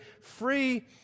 free